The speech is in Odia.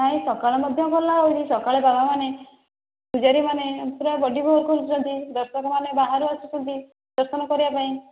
ନାଇଁ ସକାଳେ ମଧ୍ୟ ଖୋଲା ହେଉଛି ସକାଳେ ବାବା ମାନେ ପୂଜାରୀ ମାନେ ପୁରା ବଡ଼ିଭୋରୁ ଖୋଲୁଛନ୍ତି ଦର୍ଶକ ମାନେ ସବୁ ବାହାରୁ ଆସୁଛନ୍ତି ଦର୍ଶନ କରିବା ପାଇଁ